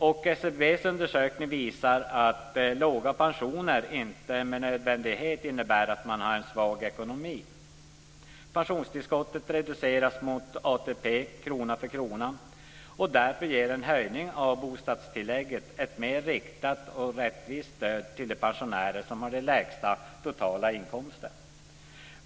SCB:s undersökning visar att låg pension inte med nödvändighet innebär att man har en svag ekonomi. Pensionstillskottet reduceras mot ATP, krona mot krona, och därför ger en höjning av bostadstillägget ett mer riktat och rättvist stöd till de pensionärer som har de lägsta totala inkomsterna.